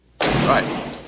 Right